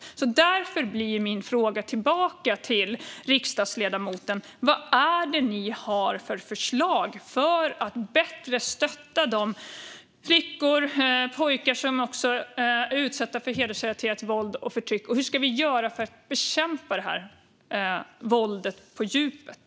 Därför blir min fråga tillbaka till riksdagsledamoten: Vad har ni för förslag för att bättre stötta de flickor och pojkar som är utsatta för hedersrelaterat våld och förtryck? Hur ska vi göra för att bekämpa det här våldet på djupet?